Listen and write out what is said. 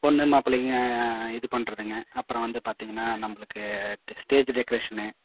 பொண்ணு மாப்பிளைங்கள் இது பண்ணுறதுங்க அப்புறம் வந்து பார்த்தீங்கன்னா நம்மளுக்கு ஸ்டேஜு டெக்கரேஷனு